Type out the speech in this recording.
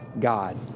God